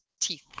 teeth